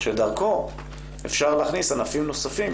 שדרכו אפשר להכניס ענפים נוספים